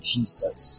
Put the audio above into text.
Jesus